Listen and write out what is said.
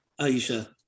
Aisha